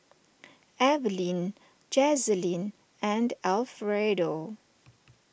Evaline Jazlyn and Alfredo